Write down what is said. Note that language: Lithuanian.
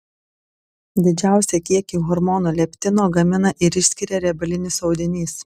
didžiausią kiekį hormono leptino gamina ir išskiria riebalinis audinys